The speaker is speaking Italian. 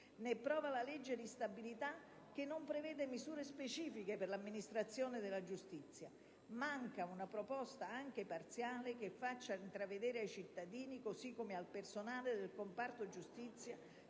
Ne è prova la legge di stabilità, che non prevede misure specifiche per l'amministrazione della giustizia. Manca una proposta anche parziale che faccia intravedere ai cittadini, così come al personale del comparto giustizia,